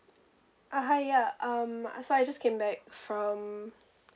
ah hi ya um so I just came back from